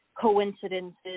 coincidences